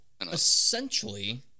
essentially